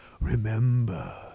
Remember